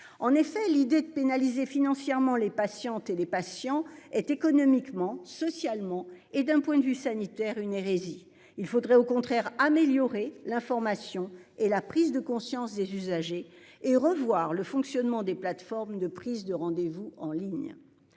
en effet l'idée de pénaliser financièrement les patientes et les patients est économiquement, socialement et d'un point de vue sanitaire, une hérésie, il faudrait au contraire améliorer l'information et la prise de conscience des usagers et revoir le fonctionnement des plateformes de prise de rendez-vous en ligne.